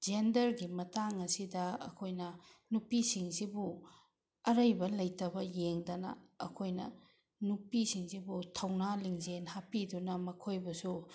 ꯖꯦꯟꯗꯔꯒꯤ ꯃꯇꯥꯡ ꯑꯁꯤꯗ ꯑꯩꯈꯣꯏꯅ ꯅꯨꯄꯤꯁꯤꯡꯁꯤꯕꯨ ꯑꯔꯩꯕ ꯂꯩꯇꯕ ꯌꯦꯡꯗꯅ ꯑꯩꯈꯣꯏꯅ ꯅꯨꯄꯤꯁꯤꯡꯁꯤꯕꯨ ꯊꯧꯅꯥ ꯂꯤꯡꯖꯦꯜ ꯍꯥꯞꯄꯤꯗꯨꯅ ꯃꯈꯣꯏꯕꯨꯁꯨ